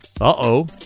Uh-oh